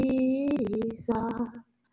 Jesus